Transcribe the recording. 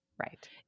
Right